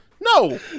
No